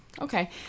Okay